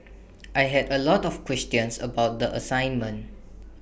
I had A lot of questions about the assignment